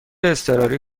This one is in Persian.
اضطراری